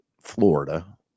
Florida